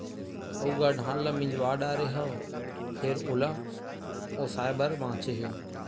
अउ गा धान ल मिजवा डारे हव फेर ओला ओसाय बर बाचे हे